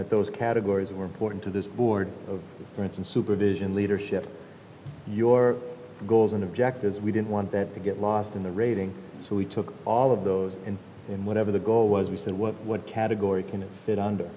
that those categories were important to this board of friends and supervision leadership your goals and objectives we didn't want that to get lost in the rating so we took all of those and then whatever the goal was we said well what category can it fit under